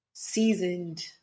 Seasoned